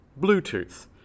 Bluetooth